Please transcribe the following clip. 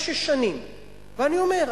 מה ששנים ואני אומר,